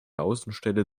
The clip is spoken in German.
außenstelle